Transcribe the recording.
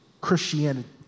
Christianity